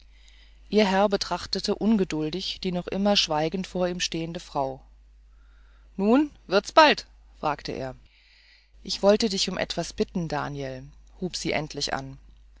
ihr herr betrachtete ungeduldig die noch immer schweigend vor ihm stehende frau nun wird's bald fragte er ich wollte dich um etwas bitten daniel hub sie endlich an